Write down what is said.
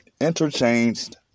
interchanged